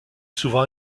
souvent